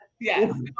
Yes